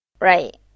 Right